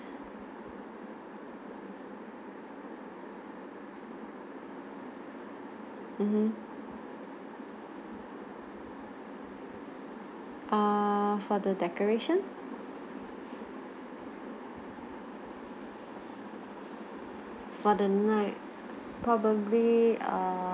mmhmm uh for the decoration for the night probably err